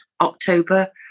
October